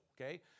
Okay